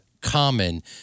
Common